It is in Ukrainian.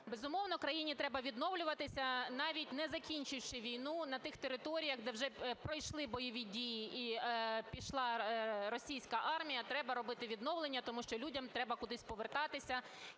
Безумовно, країні треба відновлюватися, навіть не закінчивши війну, на тих територіях, де вже пройшли бойові дії і пішла російська армія, треба робити відновлення, тому що людям треба кудись повертатися